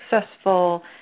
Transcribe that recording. successful